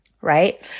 right